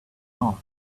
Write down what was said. not